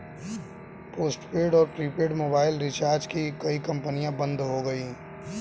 postpaid और prepaid mobile recharge की कई कंपनियां बंद हो गई